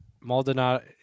Maldonado